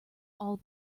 all